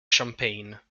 champagne